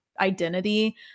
identity